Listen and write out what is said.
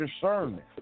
discernment